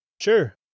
Sure